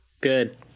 good